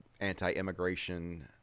anti-immigration